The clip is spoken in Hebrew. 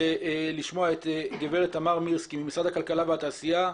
לשמוע את תמר מירסקי ממשרד הכלכלה והתעשייה,